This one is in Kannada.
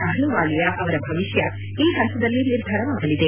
ಅಪ್ಲವಾಲಿಯಾ ಅವರ ಭವಿಷ್ಠ ಈ ಪಂತದಲ್ಲಿ ನಿರ್ಧಾರವಾಗಲಿದೆ